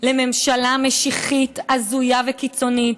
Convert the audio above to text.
לממשלה משיחית הזויה וקיצונית,